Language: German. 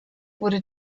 wurde